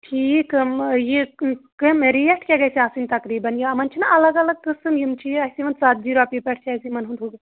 ٹھیٖک یِم یہِ کٕم کٕم ریٚٹ کیٛاہ گَژھِ آسٕنۍ تقریٖبن یِمَن چھِ نا اَلگ اَلگ قسٕم یِم چھِ اَسہِ یِوان ژتجی رۄپیہِ پیٚٹھٕ چھُ اَسہِ یِمَن ہُنٛد ہُہ